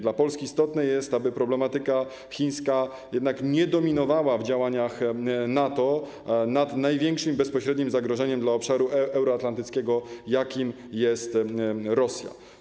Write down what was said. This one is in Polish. Dla Polski istotne jest, aby problematyka chińska jednak nie dominowała w działaniach NATO nad największym i bezpośrednim zagrożeniem dla obszaru euroatlantyckiego, jakim jest Rosja.